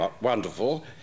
wonderful